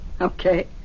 Okay